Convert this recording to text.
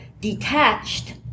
detached